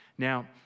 Now